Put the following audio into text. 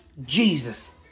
Jesus